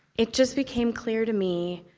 it just became clear to me,